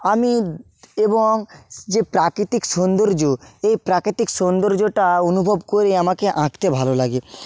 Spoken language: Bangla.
আমি এবং যে প্রাকৃতিক সৌন্দর্য এই প্রাকৃতিক সৌন্দর্যটা অনুভব করে আমাকে আঁকতে ভালো লাগে